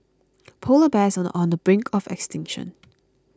Polar Bears are on the brink of extinction